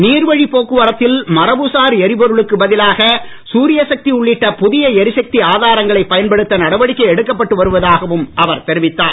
நீர்வழிப் போக்குவரத்தில் மரபுசார் எரிபொருளுக்கு பதிலாக சூரிய சக்தி உள்ளிட்ட புதிய எரிசக்தி ஆதாரங்களைப் பயன்படுத்த நடவடிக்கை எடுக்கப்பட்டு வருவதாகவும் அவர் தெரிவித்தார்